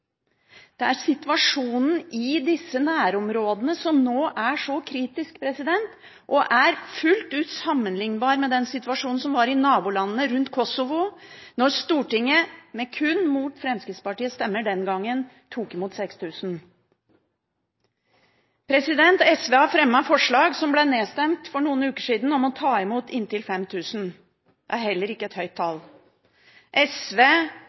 Det er situasjonen i disse nærområdene som nå er så kritisk, og fullt ut er sammenlignbar med den situasjonen som var i nabolandene rundt Kosovo, da Stortinget – mot kun Fremskrittspartiets stemmer – den gangen tok imot 6 000. SV har fremmet forslag, som ble nedstemt for noen uker siden, om å ta imot inntil 5 000. Det er heller ikke et høyt tall. SV